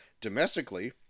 domestically